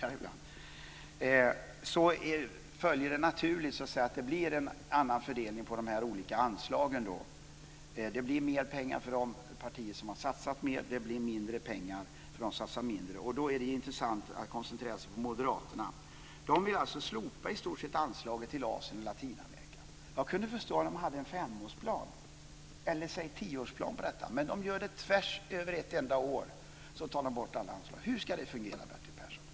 Men det följer naturligt att det blir en annan fördelning av de här olika anslagen. Det blir mer pengar för de partier som har satsat mer. Det blir mindre pengar för dem som har satsat mindre. Då är det intressant att koncentrera sig på moderaterna. De vill alltså i stort sett slopa anslaget till Asien och Latinamerika. Jag skulle kunna förstå om de hade en femårsplan eller en tioårsplan för detta. Men de tar bort alla anslag på ett enda år. Hur ska det fungera, Bertil Persson?